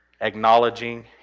acknowledging